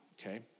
okay